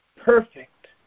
perfect